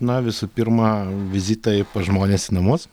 na visų pirma vizitai pas žmones į namus